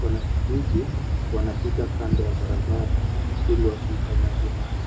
wanakijiji wanapita kando ya barabara ili wasikanyage maji.